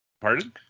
Pardon